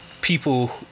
people